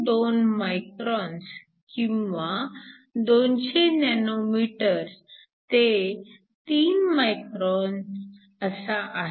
2 microns किंवा 200 nanometers ते 3 microns असा आहे